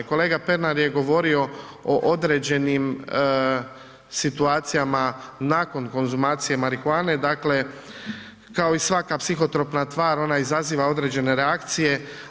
Kolega Pernar je govorio o određenim situacijama nakon konzumacije marihuane, dakle kao i svaka psihotropna tvar ona izaziva određene reakcije.